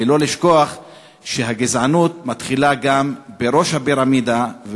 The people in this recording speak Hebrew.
לגזענים.) ולא לשכוח שהגזענות מתחילה גם בראש הפירמידה,